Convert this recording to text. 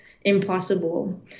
impossible